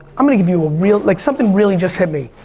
i'm gonna give you a real. like, something really just hit me.